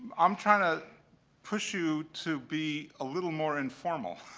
i'm trying to push you to be a little more informal.